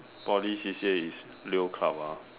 Poly C_C_A is leoclub ah